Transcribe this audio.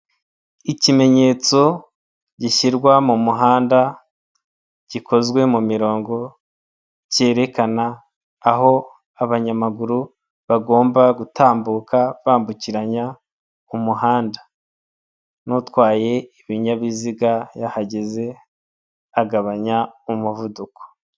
Ikimenyetso gishyirwa mu muhanda gikozwe mu mirongo cyerekana aho abanyamaguru bagomba gutambuka bambukiranya umuhanda n'utwaye ibinyabiziga iyo ahageze agabanya umuvuduko.